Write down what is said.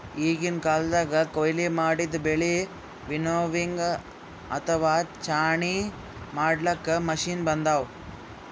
ಈಗಿನ್ ಕಾಲ್ದಗ್ ಕೊಯ್ಲಿ ಮಾಡಿದ್ದ್ ಬೆಳಿ ವಿನ್ನೋವಿಂಗ್ ಅಥವಾ ಛಾಣಿ ಮಾಡ್ಲಾಕ್ಕ್ ಮಷಿನ್ ಬಂದವ್